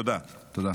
תודה.